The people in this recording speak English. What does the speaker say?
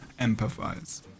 empathize